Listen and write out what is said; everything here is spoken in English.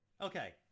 Okay